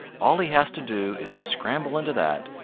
all he has to do is to scramble into that,